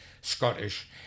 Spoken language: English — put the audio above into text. Scottish